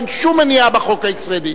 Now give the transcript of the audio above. אין שום מניעה בחוק הישראלי.